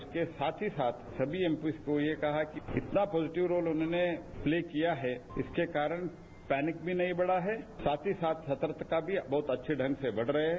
उसके साथ ही साथ सभी एमपी को कहा कि जितना पॉजिटिव रोल उन्होंने प्ले किया है इसके कारण पैनिक भी नहीं बढ़ा है साथही साथ सतर्कता भी बहुत अच्छे ढंग से बढ़ रहे हैं